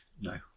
No